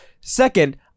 Second